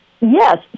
yes